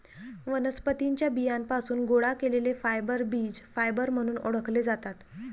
वनस्पतीं च्या बियांपासून गोळा केलेले फायबर बीज फायबर म्हणून ओळखले जातात